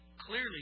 Clearly